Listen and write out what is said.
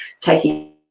taking